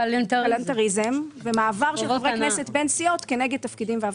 למנוע קלנתריזם ומעבר של חברי כנסת בין סיעות כנגד תפקידים והבטחות.